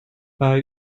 bei